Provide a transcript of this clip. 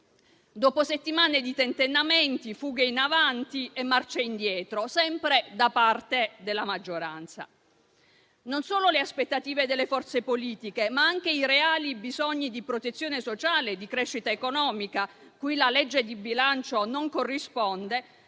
Dopo settimane di tentennamenti, fughe in avanti e marce indietro, sempre da parte della maggioranza, non solo le aspettative delle forze politiche, ma anche i reali bisogni di protezione sociale e di crescita economica, cui la legge di bilancio non corrisponde,